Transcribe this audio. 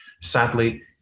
sadly